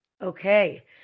Okay